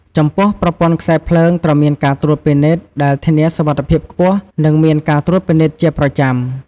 ចំពោះប្រព័ន្ធខ្សែភ្លើងត្រូវមានការត្រួតពិនិត្យ ដែលធានាសុវត្ថិភាពខ្ពស់ និងមានការត្រួតពិនិត្យជាប្រចាំ។